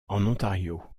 ontario